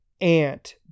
Ant